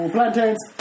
Plantains